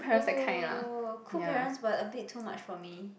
oh cool parents but a bit too much for me